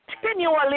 continually